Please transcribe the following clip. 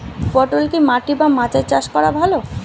পটল কি মাটি বা মাচায় চাষ করা ভালো?